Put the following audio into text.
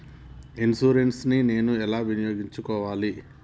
Insurance ని నేను ఎలా వినియోగించుకోవాలి?